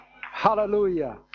Hallelujah